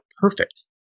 perfect